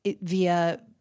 via